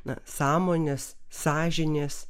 na sąmonės sąžinės